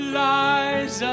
lies